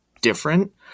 different